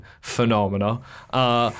phenomena